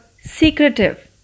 secretive